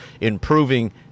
improving